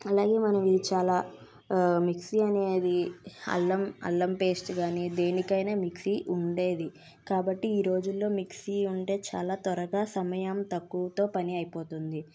అలాగే మనం చాలా మిక్సీ అనేది అల్లం అల్లం పేస్ట్ కానీ దేనికైనా మిక్సీ ఉండేది కాబట్టి ఈ రోజుల్లో మిక్సీ ఉంటే చాలా త్వరగా సమయం తక్కువతో పని అయిపోతుంది